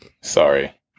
Sorry